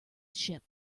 ship